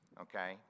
okay